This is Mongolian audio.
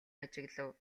ажиглав